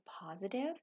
positive